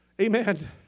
Amen